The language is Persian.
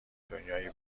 دنیایی